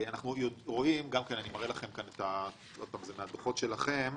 אני מראה לכם מהדוחות שלכם.